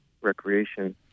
recreation